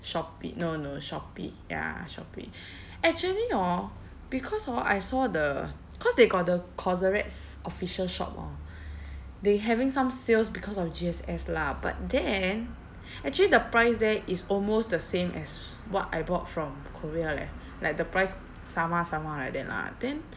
Shopee no no Shopee ya Shopee actually hor because hor I saw the cause they got the cosrx official shop hor they having some sales because of G_S_S lah but then actually the price there is almost the same as what I bought from korea leh like the price sama-sama like that lah then